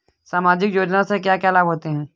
सामाजिक योजना से क्या क्या लाभ होते हैं?